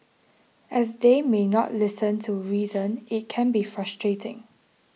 as they may not listen to reason it can be frustrating